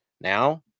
Now